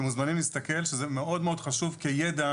אתם מוזמנים להסתכל שזה מאוד חשוב כידע